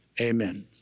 amen